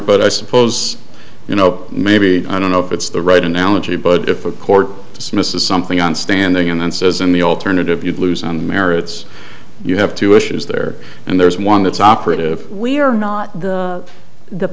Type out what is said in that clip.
but i suppose you know maybe i don't know if it's the right analogy but if a court dismisses something on standing in and says in the alternative you'd lose on the merits you have two issues there and there's one that's operative we are not the